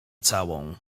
całą